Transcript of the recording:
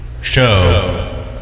show